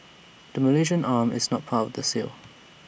the Malaysian arm is not part of the sale